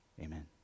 Amen